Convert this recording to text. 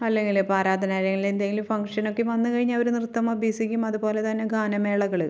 അല്ലെങ്കിൽ ആരാധനാലയങ്ങളിലെന്തെങ്കിലും ഫംഗ്ഷനൊക്കെ വന്നു കഴിഞ്ഞാൽ അവർ നൃത്തം അഭ്യസിക്കും അതുപോലെ തന്നെ ഗാനമേളകൾ